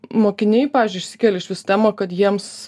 mokiniai pavyzdžiui išsikėlė iš vis temą kad jiems